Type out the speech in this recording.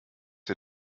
ihr